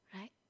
right